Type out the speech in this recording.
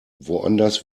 woanders